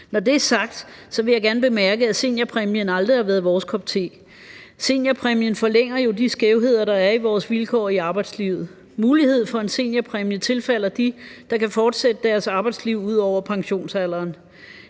Når det er sagt, vil jeg gerne bemærke, at seniorpræmien aldrig har været vores kop te. Seniorpræmien forlænger jo de skævheder, der er i vores vilkår i arbejdslivet. Muligheden for en seniorpræmie tilfalder dem, der kan fortsætte deres arbejdsliv ud over pensionsalderen.